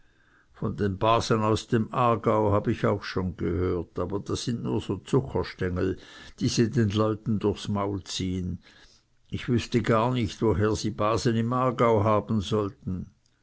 von den basen aus dem aargau habe ich auch schon gehört aber das sind nur so zuckerstengel die sie den leuten durchs maul ziehen ich wüßte gar nicht woher sie basen im aargau haben sollten